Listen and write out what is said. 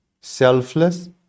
selfless